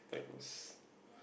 like it was